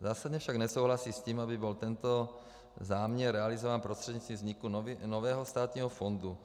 Zásadně však nesouhlasí s tím, aby byl tento záměr realizován prostřednictvím vzniku nového státního fondu.